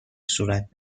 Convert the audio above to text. صورت